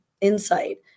insight